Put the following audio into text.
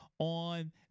On